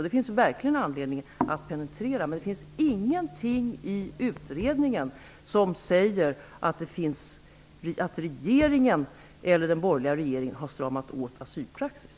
Det finns verkligen anledning att penetrera frågan. Det finns ingenting i utredningen som säger att den borgerliga regeringen har stramat åt asylpraxis.